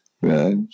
Right